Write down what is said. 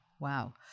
Wow